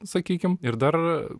sakykim ir dar